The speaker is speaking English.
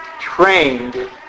trained